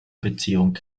beziehung